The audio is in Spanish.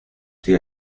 estoy